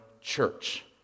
church